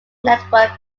network